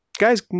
guys